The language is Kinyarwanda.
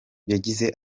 yagize